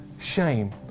shame